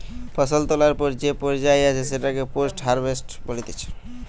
ফসল তোলার পর যে পর্যায়ে আছে সেটাকে পোস্ট হারভেস্ট বলতিছে